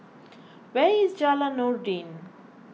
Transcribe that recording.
where is Jalan Noordin